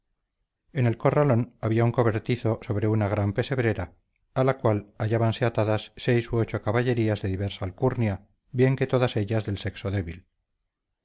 en el corralón había un cobertizo sobre una gran pesebrera a la cual hallábanse atadas seis u ocho caballerías de diversa alcurnia bien